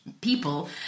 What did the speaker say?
people